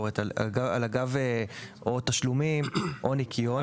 זאת אומרת, על אגב תשלומים או ניכיון.